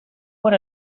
por